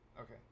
Okay